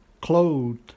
clothed